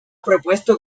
propuesto